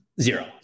Zero